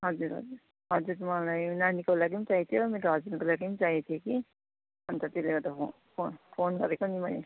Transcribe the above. हजुर हजुर हजुर मलाई नानीको लागि चाहिएको थियो मेरो हस्बेन्डको लागि चाहिएको थियो कि अन्त त्यसले गर्दा फोन फोन गरेको नि